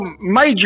Major